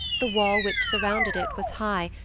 the wall which surrounded it was high,